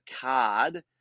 card